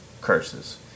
curses